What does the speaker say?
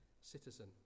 citizen